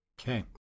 Okay